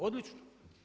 Odlično.